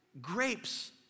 grapes